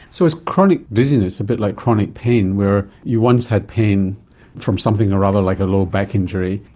so is chronic dizziness a bit like chronic pain where you once had pain from something or other, like a low back injury,